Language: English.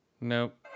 Nope